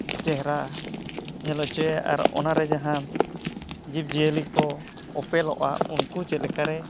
ᱪᱮᱦᱨᱟ ᱧᱮᱞ ᱦᱚᱪᱚᱭᱟ ᱟᱨ ᱚᱱᱟᱨᱮ ᱡᱟᱦᱟᱸ ᱡᱤᱵᱽᱼᱡᱤᱭᱟᱹᱞᱤ ᱠᱚ ᱚᱯᱮᱞᱚᱜᱼᱟ ᱩᱱᱠᱩ ᱪᱮᱫ ᱞᱮᱠᱟᱨᱮ